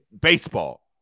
baseball